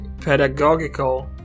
pedagogical